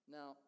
Now